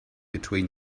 between